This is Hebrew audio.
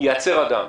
ייעצר אדם.